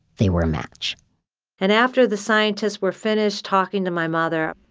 they were a match and after the scientists were finished talking to my mother,